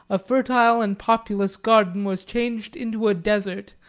a fertile and populous garden was changed into a desert,